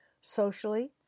socially